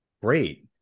Great